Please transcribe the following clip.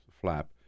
flap